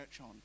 on